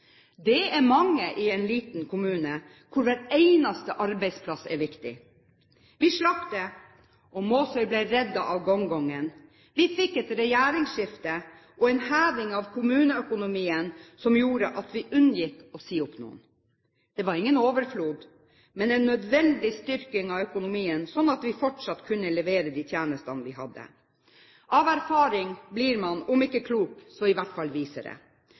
Det er mange i en liten kommune, hvor hver eneste arbeidsplass er viktig. Vi slapp det, Måsøy ble reddet av gongongen: Vi fikk et regjeringsskifte og en heving av kommuneøkonomien som gjorde at vi unngikk å si opp noen. Det var ingen overflod, men en nødvendig styrking av økonomien, slik at vi fortsatt kunne levere de tjenestene vi hadde. Av erfaring blir man om ikke klok, så i hvert fall visere. Forrige gang Norge var utsatt for høyrestyre, ble det